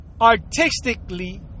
artistically